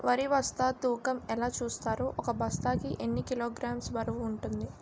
వరి బస్తా తూకం ఎలా చూస్తారు? ఒక బస్తా కి ఎన్ని కిలోగ్రామ్స్ బరువు వుంటుంది?